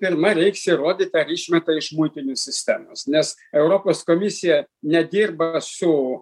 pirma reiks įrodyt ar išmeta iš muitinių sistemos nes europos komisija nedirba su